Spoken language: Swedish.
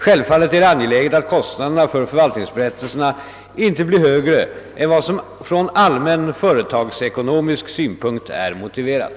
Självfallet är det angeläget att kostnaderna för förvaltningsberättelserna inte blir högre än vad som från allmän företagsekonomisk synpunkt är motiverat.